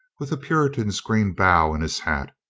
with a puritan's green bough in his hat,